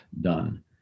done